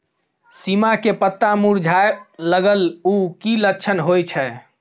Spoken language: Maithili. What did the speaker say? सीम के पत्ता मुरझाय लगल उ कि लक्षण होय छै?